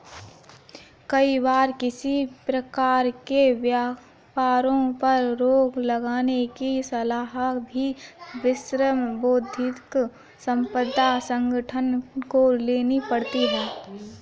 कई बार किसी प्रकार के व्यापारों पर रोक लगाने की सलाह भी विश्व बौद्धिक संपदा संगठन को लेनी पड़ती है